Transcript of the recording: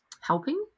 helping